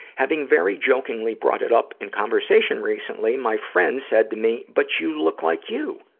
having very jokingly brought it up in conversation recently, my friend said to me, but you look like you!